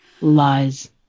Lies